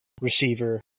receiver